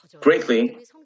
greatly